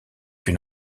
une